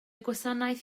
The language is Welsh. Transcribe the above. gwasanaeth